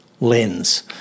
lens